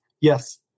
yes